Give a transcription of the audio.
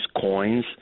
coins